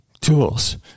tools